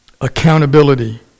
Accountability